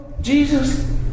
Jesus